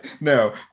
No